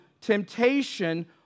temptation